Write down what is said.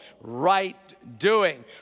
Right-doing